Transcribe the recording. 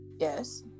Yes